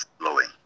flowing